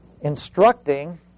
instructing